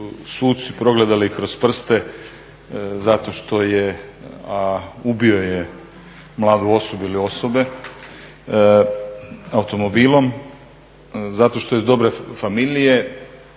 su suci progledali kroz prste zato što je, a ubio je mladu osobu ili osobe automobilom zato što je iz dobre familije,